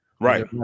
Right